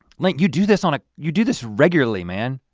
link, you do this on a, you do this regularly man.